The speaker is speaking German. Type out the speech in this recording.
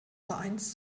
vereins